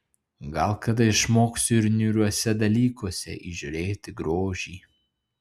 gal kada išmoksiu ir niūriuose dalykuose įžiūrėti grožį